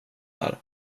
här